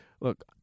look